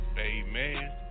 Amen